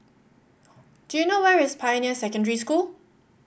do you know where is Pioneer Secondary School